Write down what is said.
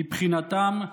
מבחינתם,